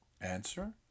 Answer